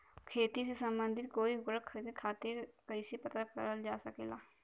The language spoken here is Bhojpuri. खेती से सम्बन्धित कोई उपकरण खरीदे खातीर कइसे पता करल जा सकेला?